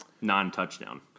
non-touchdown